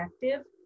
effective